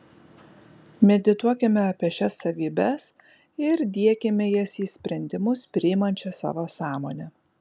medituokime apie šias savybes ir diekime jas į sprendimus priimančią savo sąmonę